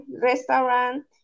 restaurant